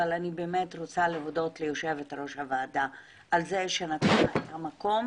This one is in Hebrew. אבל אני באמת רוצה להודות ליושבת-ראש הוועדה על זה שנתנה את המקום